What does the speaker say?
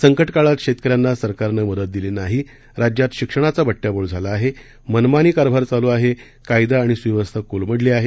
संकटकाळात शेतकऱ्यांना सरकारनं मदत दिली नाही राज्यात शिक्षणाचा बट्टयाबोळ झाला आहे मनमानी कारभार चालू आहे कायदा आणि सुव्यवस्था कोलमडली आहे